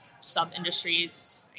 sub-industries